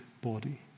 body